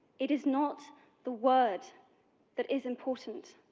it is not the word that is important.